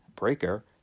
Breaker